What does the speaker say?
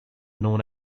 known